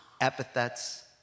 epithets